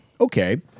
okay